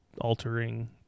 altering